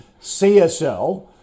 CSL